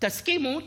תסכימו,